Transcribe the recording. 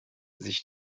sich